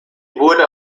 wurde